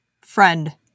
friend